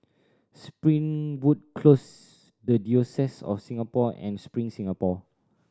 Springwood Close The Diocese of Singapore and Spring Singapore